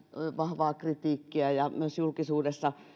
vahvaa kritiikkiä ja myös julkisuudessa